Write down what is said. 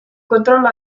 controllo